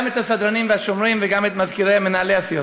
גם את הסדרנים והשומרים וגם את מזכירי ומנהלי הסיעות.